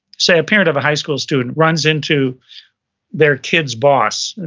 say a parent of a high school student runs into their kid's boss. and